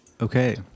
Okay